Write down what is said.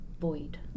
void